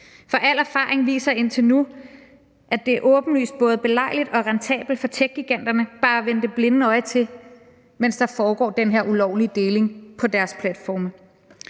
for al erfaring viser indtil nu, at det er åbenlyst både belejligt og rentabelt for techgiganterne bare at vende det blinde øje til, mens der foregår den her ulovlige deling på deres platforme.